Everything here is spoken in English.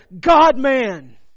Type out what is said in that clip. God-man